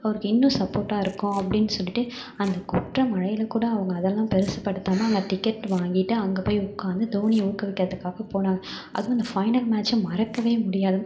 அவருக்கு இன்னும் சப்போர்ட்டாக இருக்கும் அப்படின்னு சொல்லிட்டு அந்த கொட்டுகிற மழையில் கூட அவங்க அதெலாம் பெருசு படுத்தாமல் டிக்கெட் வாங்கிட்டு அங்கே போய் உட்காந்து தோனியை ஊக்குவிக்கிறதுக்காக போனோம் அதுவும் இந்த ஃபைனல் மேட்ச்சை மறக்கவே முடியாது